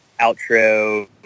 outro